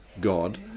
God